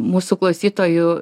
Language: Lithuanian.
mūsų klausytojų